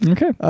Okay